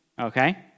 okay